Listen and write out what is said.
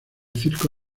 circo